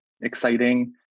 exciting